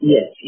Yes